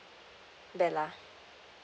bella